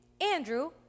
Andrew